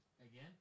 Again